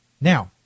Now